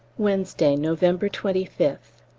wednesday, november twenty fifth.